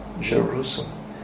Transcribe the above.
Jerusalem